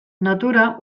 natura